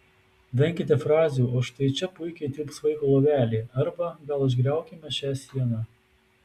venkite frazių o štai čia puikiai tilps vaiko lovelė arba gal išgriaukime šią sieną